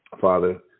Father